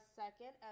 second